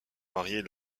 mariés